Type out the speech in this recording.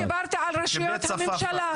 אני דיברתי על רשויות הממשלה.